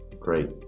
Great